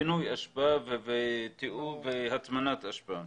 פינוי אשפה והטמנת אשפה.